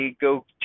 go